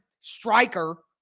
striker